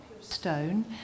stone